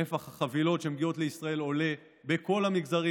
נפח החבילות שמגיעות לישראל עולה בכל המגזרים.